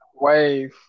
wave